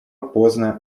поздно